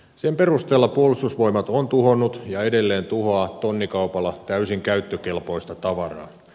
sen perusteella puolustusvoimat on tuhonnut ja edelleen tuhoaa tonnikaupalla täysin käyttökelpoista tavaraa